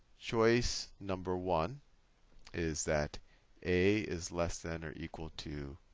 choice number one is that a is less than or equal to